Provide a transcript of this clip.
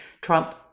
Trump